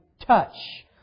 touch